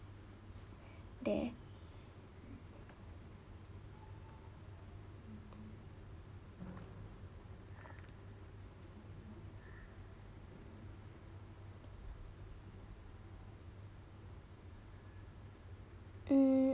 there um